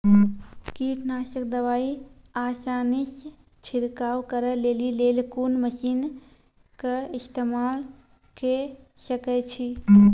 कीटनासक दवाई आसानीसॅ छिड़काव करै लेली लेल कून मसीनऽक इस्तेमाल के सकै छी?